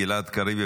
גלעד קריב,